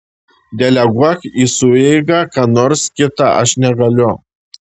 deleguok į sueigą ką nors kitą aš negaliu